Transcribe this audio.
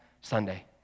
Sunday